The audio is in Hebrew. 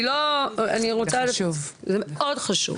זה מאוד חשוב.